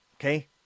Okay